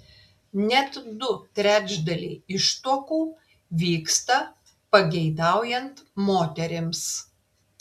net du trečdaliai ištuokų vyksta pageidaujant moterims